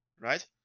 right